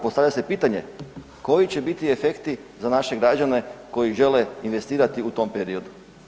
Postavlja se pitanje, koji će biti efekti za naše građane koji žele investirati u tom periodu?